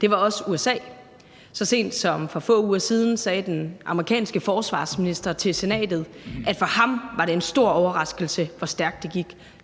det var også USA. Så sent som for få uger siden sagde den amerikanske forsvarsminister til senatet, at for ham var det en stor overraskelse, hvor stærkt det gik.